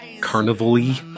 carnival-y